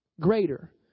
greater